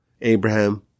Abraham